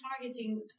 targeting